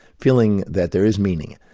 feeling that there is meaning,